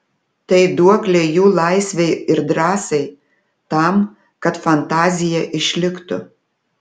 tai duoklė jų laisvei ir drąsai tam kad fantazija išliktų